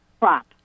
crop